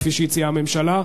כפי שהציעה הממשלה.